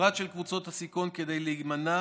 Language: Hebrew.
ובפרט של קבוצות הסיכון, כדי להימנע